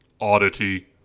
oddity